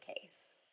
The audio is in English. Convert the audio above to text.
case